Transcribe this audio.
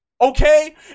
Okay